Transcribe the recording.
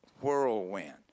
whirlwind